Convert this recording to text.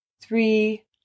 three